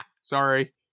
Sorry